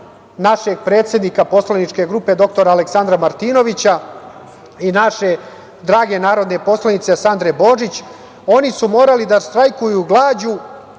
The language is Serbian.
našeg predsednika poslaničke grupe dr Aleksandra Martinovića i naše drane narodne poslanike Sandre Božić. Oni su morali da štrajkuju glađu